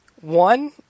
One